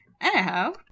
Anyhow